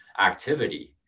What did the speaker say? activity